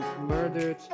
murdered